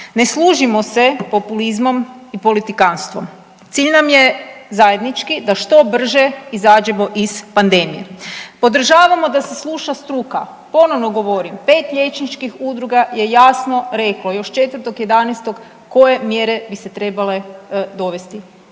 Ne služimo se populizmom i politikanstvom. Cilj nam je zajednički da što brže izađemo iz pandemije. Podržavamo da se sluša struka. Ponovno govorim, 5 liječničkih udruga je jasno reklo još 4. 11. koje mjere bi se trebale dovesti